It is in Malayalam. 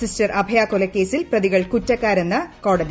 സിസ്റ്റർ അഭയകൊലക്കേസിൽ പ്രതികൾ കുറ്റക്കാരാണെന്ന് കോടതി